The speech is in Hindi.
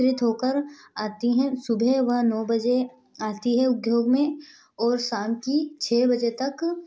एकत्रित होकर आती है सुबह वह नौ बजे आती हैं उधोग में और शाम की छ बजे तक